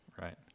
Right